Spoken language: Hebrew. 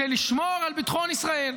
זה לשמור על ביטחון ישראל.